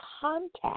contact